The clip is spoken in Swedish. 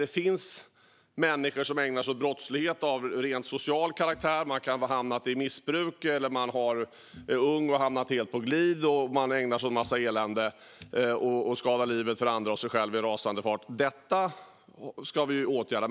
Det finns människor som ägnar sig åt brottslighet av rent sociala skäl. Man kan ha hamnat i missbruk, eller man är ung, har hamnat på glid, ägnar sig åt en massa elände och skadar livet för sig själv och andra i rasande fart. Detta ska vi åtgärda.